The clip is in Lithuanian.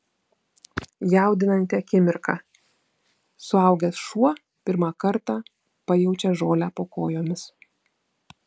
jaudinanti akimirka suaugęs šuo pirmą kartą pajaučia žolę po kojomis